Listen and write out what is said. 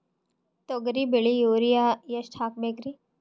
ತೊಗರಿ ಬೆಳಿಗ ಯೂರಿಯಎಷ್ಟು ಹಾಕಬೇಕರಿ?